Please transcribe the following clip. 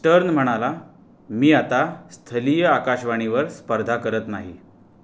stern म्हणाला मी आता स्थलीय आकाशवाणीवर स्पर्धा करत नाही